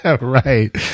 Right